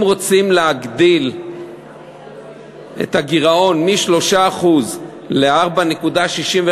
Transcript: אם רוצים להגדיל את הגירעון מ-3% ל-4.65%,